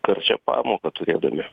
karčią pamoką turėdami